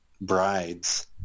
brides